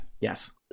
Yes